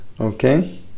okay